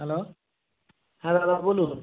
hello হ্যাঁ দাদা বলুন